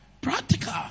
practical